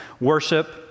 worship